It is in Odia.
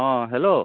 ହଁ ହ୍ୟାଲୋ